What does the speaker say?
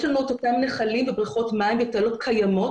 יש לנו את אותם נחלים ובריכות מים ותעלות קיימות,